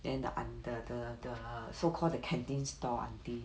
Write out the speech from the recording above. then the aunt~ the the the so called the canteen stall aunty